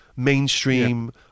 Mainstream